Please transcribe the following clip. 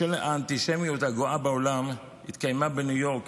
בשל האנטישמיות הגואה בעולם, התקיימה בניו יורק